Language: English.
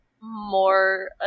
more